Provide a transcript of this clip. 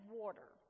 water